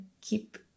keep